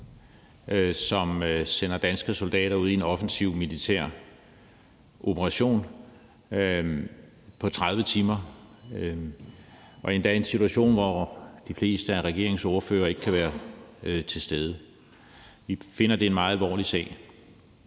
at sende danske soldater ud i en offensiv militær operation, og det er endda i en situation, hvor de fleste af regeringens ordførere ikke kan være til stede. Vi finder, at det er en meget alvorlig sag.